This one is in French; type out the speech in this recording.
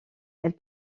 elle